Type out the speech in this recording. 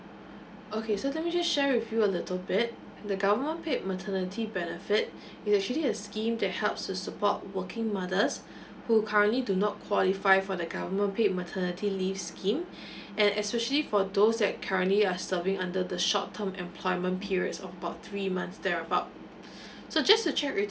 okay so let me just share with you a little bit the government paid maternity benefit it's actually a scheme that helps to support working mothers who currently do not qualify for the government paid maternity leave scheme and especially for those that currently are serving under the short term employment periods about three months thereabout so just to check with you